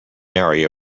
area